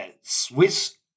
Swiss